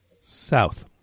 South